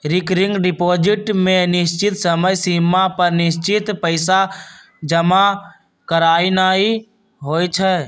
recurring deposit में निश्चित समय सिमा पर निश्चित पइसा जमा करानाइ होइ छइ